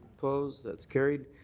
opposed? that's carried.